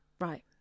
Right